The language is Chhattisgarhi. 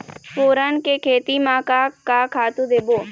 फोरन के खेती म का का खातू देबो?